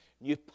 New